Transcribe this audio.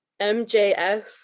MJF